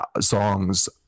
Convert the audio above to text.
songs